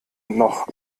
noch